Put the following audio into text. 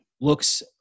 Looks